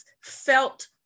felt